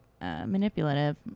manipulative